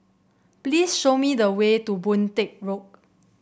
please show me the way to Boon Teck Road